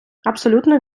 абсолютно